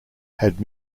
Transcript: had